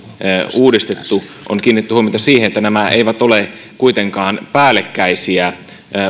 uudistettu on kiinnitetty huomiota siihen että nämä eivät ole kuitenkaan päällekkäisiä